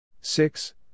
six